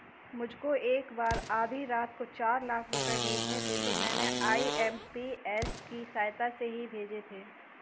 मुझको एक बार आधी रात को चार लाख रुपए भेजने थे तो मैंने आई.एम.पी.एस की सहायता से ही भेजे थे